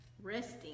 Resting